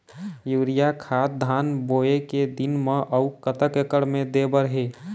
Urea खाद धान बोवे के दिन म अऊ कतक एकड़ मे दे बर हे?